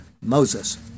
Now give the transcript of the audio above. Moses